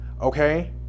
okay